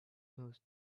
most